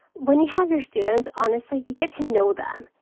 when you have your students, honestly, you get to know them.